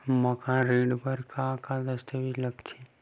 मकान ऋण बर का का दस्तावेज लगथे?